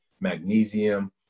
magnesium